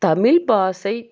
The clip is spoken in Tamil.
தமிழ் பாஷை